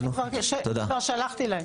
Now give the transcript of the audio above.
שלחתי להם.